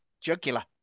Jugular